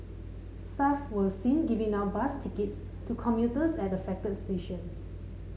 staff were seen giving out bus tickets to commuters at affected stations